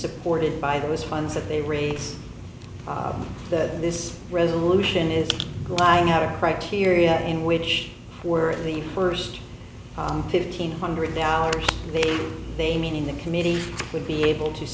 supported by those funds that they raise that this resolution is lying out of criteria in which were the first fifteen hundred dollars they they meaning the committee would be able to